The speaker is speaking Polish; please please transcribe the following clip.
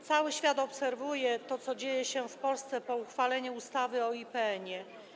Cały świat obserwuje to, co dzieje się w Polsce po uchwaleniu ustawy o IPN-ie.